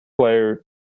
player